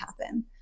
happen